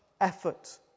effort